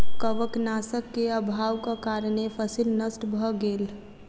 कवकनाशक के अभावक कारणें फसील नष्ट भअ गेल